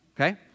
okay